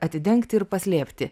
atidengti ir paslėpti